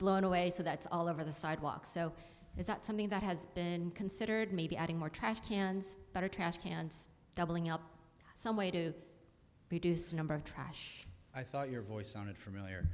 blown away so that's all over the sidewalk so it's not something that has been considered maybe adding more trash cans better trash cans doubling up some way to be douce number of trash i thought your voice sounded familiar